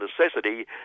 necessity